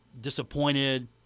disappointed